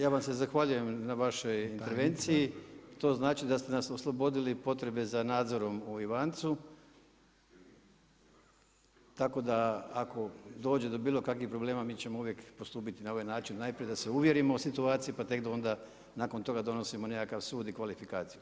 Ja vam se zahvaljujem na vašoj invenciji, to znači da ste nas oslobodili potrebe nadzora u Ivancu, tako da ako dođe do bilo kakvih problema, mi ćemo uvijek postupiti na ovaj način, najprije da se uvjerimo o situaciji pa tek onda nakon toga donosimo nekakav sud i kvalifikaciju.